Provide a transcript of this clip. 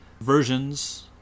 versions